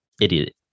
idiot